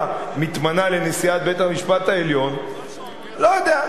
מתמנה לנשיאת בית-המשפט העליון לא יודע,